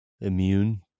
immune